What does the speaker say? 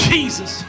Jesus